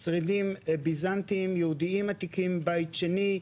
שרידים ביזנטיים יהודיים עתיקים מבית שני,